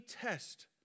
test